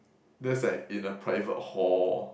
that's like in a private hall